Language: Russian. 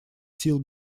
сил